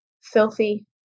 filthy